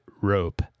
Rope